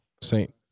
Saint